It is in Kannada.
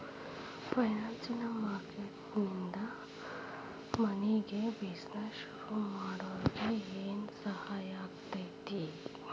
ಫೈನಾನ್ಸಿಯ ಮಾರ್ಕೆಟಿಂಗ್ ನಿಂದಾ ಮನ್ಯಾಗ್ ಬಿಜಿನೆಸ್ ಶುರುಮಾಡ್ದೊರಿಗೆ ಏನ್ಸಹಾಯಾಕ್ಕಾತಿ?